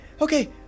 okay